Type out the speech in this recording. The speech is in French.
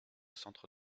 centre